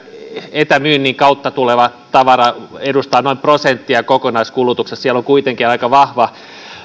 etämyynnin kautta tuleva tavara edustaa noin prosenttia kokonaiskulutuksesta siellä on kuitenkin aika vahva